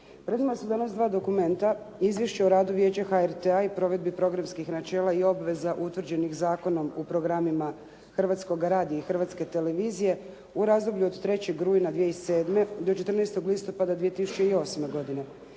Pred nama su danas dva dokumenta Izvješće o radu Vijeća HRT-a i provedbi programskih načela i obveza utvrđenih zakonom u programima Hrvatskoga radija i Hrvatske televizije u razdoblju od 3. rujna 2007. do 14. listopada 2008. godine